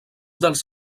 dels